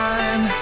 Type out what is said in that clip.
Time